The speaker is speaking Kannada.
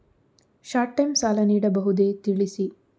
ಶಾರ್ಟ್ ಟೈಮ್ ಸಾಲ ನೀಡಬಹುದೇ ತಿಳಿಸಿ?